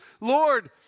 Lord